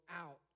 out